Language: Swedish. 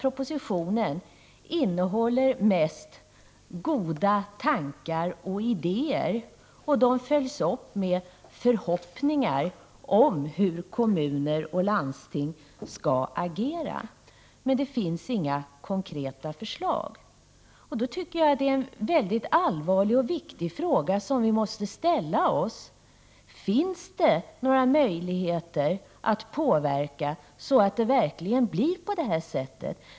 Propositionen innehåller nämligen mest goda tankar och idéer, och de följs upp med förhoppningar om hur kommuner och landsting skall agera, men det finns inga konkreta förslag. Därför anser jag att en allvarlig och viktig fråga måste ställas: Finns det några möjligheter att påverka så att det verkligen blir på det här sättet?